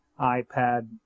iPad